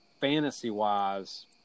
fantasy-wise –